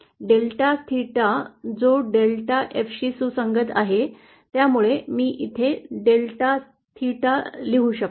delta theta जो delta F शी सुसंगत आहे त्यामुळे मी इथे डेल्टा थेटाही लिहू शकतो